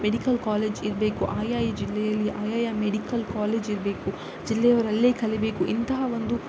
medical college ಇರಬೇಕು ಆಯಾ ಜಿಲ್ಲೆಯಲ್ಲಿ ಆಯಾ ಮೆಡಿಕಲ್ ಕಾಲೇಜ್ ಇರಬೇಕು ಜಿಲ್ಲೆಯವರು ಅಲ್ಲೇ ಕಲಿಯಬೇಕು ಇಂತಹ ಒಂದು